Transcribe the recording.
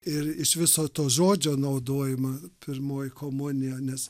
ir iš viso to žodžio naudojimą pirmoji komunija nes